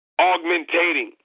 augmentating